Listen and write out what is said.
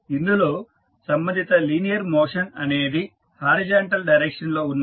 ఇందులో సంబంధిత linear motion అనేది హారిజంటల్ డైరెక్షన్ లో ఉన్నది